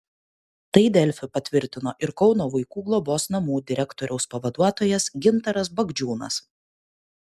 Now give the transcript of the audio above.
tai delfi patvirtino ir kauno vaikų globos namų direktoriaus pavaduotojas gintaras bagdžiūnas